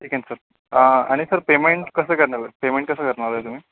ठीक आहे ना सर आणि सर पेमेंट कसं करणार आहे पेमेंट कसं करणार आहे तुम्ही